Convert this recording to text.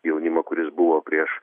jaunimą kuris buvo prieš